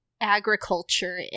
agriculture